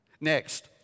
Next